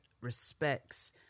respects